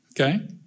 okay